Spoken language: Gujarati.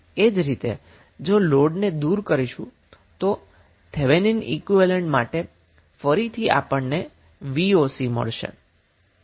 એ જ રીતે જો લોડને દુર કરીશું તો થેવેનિન ઈક્વીવેલેન્ટ માટે ફરીથી આપણને voc મળશે